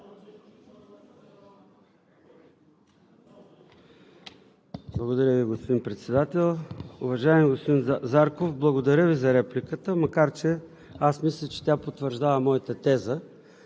Благодаря Ви, господин Председател. Уважаеми господин Зарков, благодаря Ви за репликата, макар че аз мисля, че тя потвърждава моята теза.